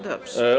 Dobrze.